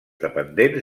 dependents